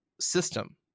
system